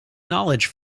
knowledge